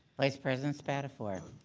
vice president spadafore.